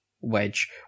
wedge